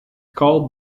called